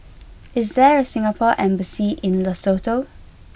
is there a Singapore embassy in Lesotho